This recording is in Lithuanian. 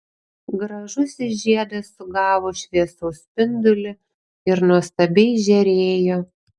gražusis žiedas sugavo šviesos spindulį ir nuostabiai žėrėjo